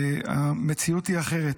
שהמציאות היא אחרת.